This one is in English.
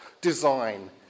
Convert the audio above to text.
design